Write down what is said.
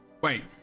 Wait